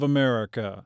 America